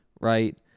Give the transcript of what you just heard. right